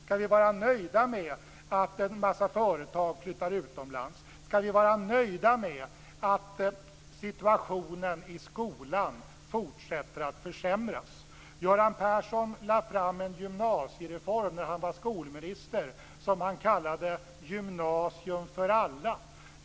Skall vi vara nöjda med att en massa företag flyttar utomlands? Skall vi vara nöjda med att situationen i skolan fortsätter att försämras? Göran Persson lade fram en gymnasiereform när han var skolminister som han kallade Gymnasium för alla.